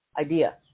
idea